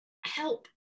help